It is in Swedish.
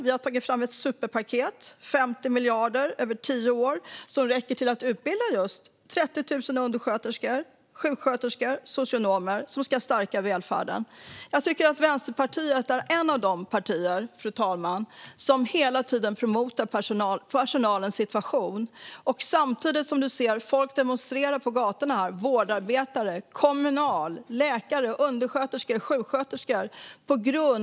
Vi har tagit fram ett superpaket med 50 miljarder över tio år som räcker till att utbilda 30 000 undersköterskor, sjuksköterskor och socionomer som ska stärka välfärden. Jag tycker att Vänsterpartiet är ett av de partier som hela tiden promotar personalens situation, fru talman. Vi ser folk demonstrera på gatorna på grund av förhållandena i regionen. Det är vårdarbetare, Kommunal, läkare, undersköterskor och sjuksköterskor.